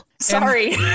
Sorry